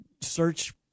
search